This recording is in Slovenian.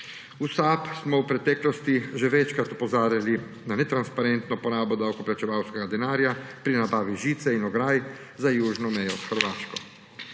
V SAB smo v preteklosti že večkrat opozarjali na netransparentno porabo davkoplačevalskega denarja pri nabavi žice in ograj za južno mejo s Hrvaško.